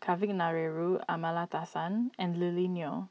Kavignareru Amallathasan and Lily Neo